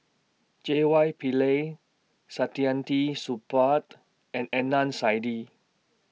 J Y Pillay Saktiandi Supaat and Adnan Saidi